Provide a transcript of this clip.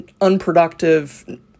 unproductive